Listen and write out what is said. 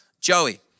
Joey